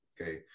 okay